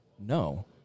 No